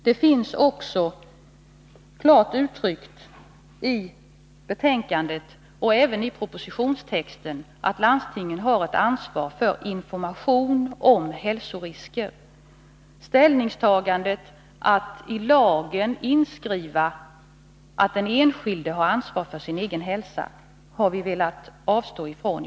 Det finns också klart uttryckt i betänkandet och även i propositionstexten att landstingen har ett ansvar för information om hälsorisker. Att i lagen skriva in att den enskilde har ansvar för sin egen hälsa har vi velat avstå ifrån.